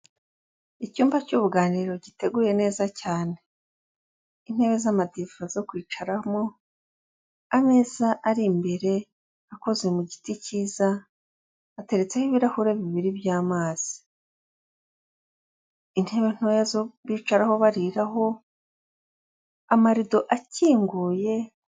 Icyumba cy'uruganiriro giteguye cyane intebe z'amadive zo kwicaramo, ameza ari imbere akoze giti kiza ateretseho ibirahuri bibiri by'amazi, intebe ntoya zo bicaho bariraho, amarido akinguye.